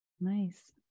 Nice